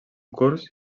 curts